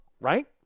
right